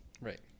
Right